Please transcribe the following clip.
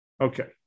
Okay